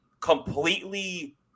completely